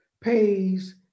pays